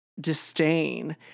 disdain